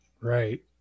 right